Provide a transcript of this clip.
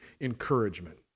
encouragement